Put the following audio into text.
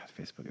Facebook